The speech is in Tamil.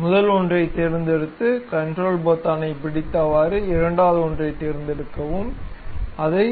முதல் ஒன்றைத் தேர்ந்தெடுத்து கன்ரோல் பொத்தானைப் பிடித்தவாறு இரண்டாவது ஒன்றைத் தேர்ந்தெடுக்கவும் அதை